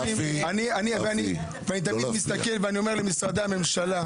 אני מסתכל ואני אומר למשרדי הממשלה,